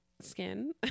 skin